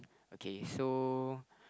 okay so